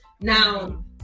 Now